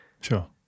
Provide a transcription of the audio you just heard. Sure